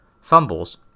fumbles